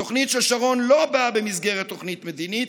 התוכנית של שרון לא באה במסגרת תוכנית מדינית,